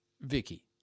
Vicky